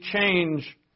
change